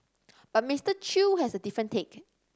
but Mister Chew has a different take